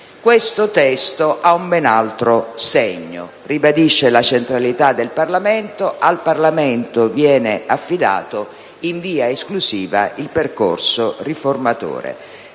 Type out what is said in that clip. Questo testo ha un ben altro segno. Ribadisce la centralità del Parlamento; al Parlamento viene affidato, in via esclusiva, il percorso riformatore.